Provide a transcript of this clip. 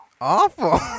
awful